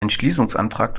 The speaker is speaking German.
entschließungsantrag